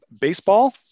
baseball